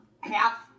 half